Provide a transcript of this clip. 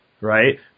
right